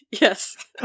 Yes